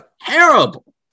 Terrible